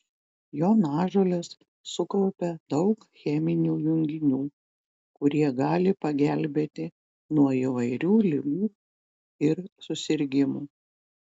jonažolės sukaupia daug cheminių junginių kurie gali pagelbėti nuo įvairių ligų ir susirgimų